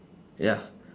ya